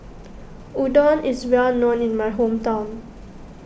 Udon is well known in my hometown